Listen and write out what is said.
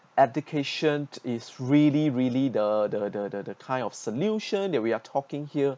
education is really really the the the the kind of solution that we are talking here